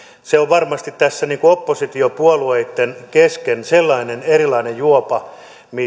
se on varmasti tässä oppositiopuolueitten kesken sellainen erilainen juopa